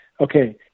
okay